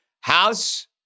House